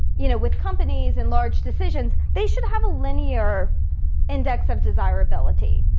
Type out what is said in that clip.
you know, with companies and large decisions, they should have a linear index of desirability.